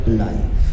life